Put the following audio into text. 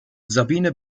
sabine